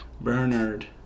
Bernard